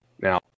now